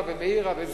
ובמירה ומאירה,